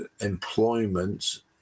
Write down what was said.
employment